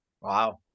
Wow